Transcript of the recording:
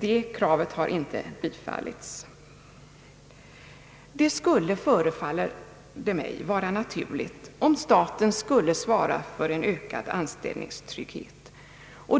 det kravet har inte bifallits. Det skulle, förefaller det mig, vara naturligt att staten svarade för en ökad anställningstrygghet.